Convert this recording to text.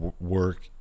Work